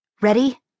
Ready